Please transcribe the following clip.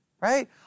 right